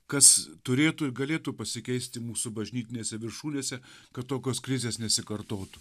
kas turėtų ir galėtų pasikeisti mūsų bažnytinėse viršūnėse kad tokios krizės nesikartotų